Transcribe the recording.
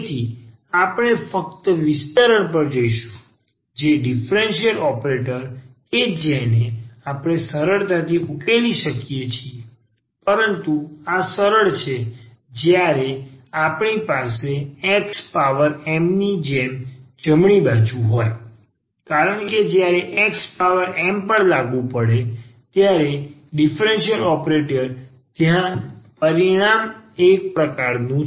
તેથી આપણે ફક્ત વિસ્તરણમાં જઇશું જે ડિફેન્સિશનલ ઓપરેટર કે જેને આપણે સરળતાથી ઉકેલી શકીએ છીએ પરંતુ આ સરળ છે જ્યારે આપણી પાસે x પાવર m ની જેમ જમણી બાજુ હોય કારણ કે જ્યારે x પાવર m પર લાગુ પડે ત્યારે ડિફરન્સલ ઓપરેટર ત્યાં પરિણામ એક પ્રકારનું